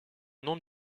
nom